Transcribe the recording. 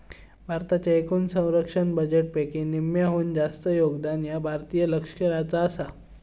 भारताच्या एकूण संरक्षण बजेटपैकी निम्म्याहून जास्त योगदान ह्या भारतीय लष्कराचा आसा